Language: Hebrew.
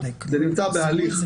זה נמצא בהליך.